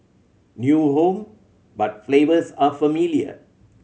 new home but flavors are familiar